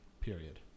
Period